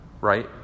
right